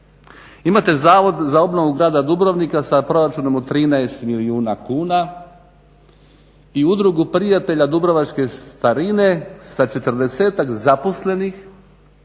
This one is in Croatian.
Imate Zavod za obnovu grada Dubrovnika sa proračunom oko 13 milijuna kuna i udrugu Prijatelja Dubrovačke starine sa 40-tak zaposlenih